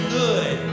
good